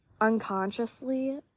unconsciously